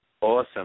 Awesome